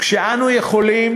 כשאנחנו יכולים,